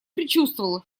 предчувствовал